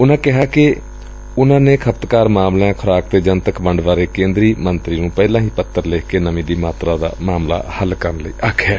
ਮੁੱਖ ਮੰਤਰੀ ਨੇ ਕਿਹਾ ਕਿ ਉਨਾਂ ਨੇ ਖਪਤਕਾਰ ਮਾਮਲਿਆਂ ਖੁਰਾਕ ਅਤੇ ਜਨਤਕ ਵੰਡ ਬਾਰੇ ਕੇਂਦਰੀ ਮੰਤਰੀ ਨੂੰ ਪਹਿਲਾਂ ਹੀ ਪੱਤਰ ਲਿਖ ਕੇ ਨਮੀ ਦੀ ਮਾਤਰਾ ਦਾ ਮਾਮਲਾ ਹੱਲ ਕਰਨ ਲਈ ਆਖਿਐ